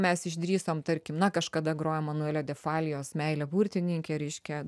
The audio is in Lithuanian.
mes išdrįsom tarkim na kažkada grojo emanuelio defalijos meilė burtininkė reiškia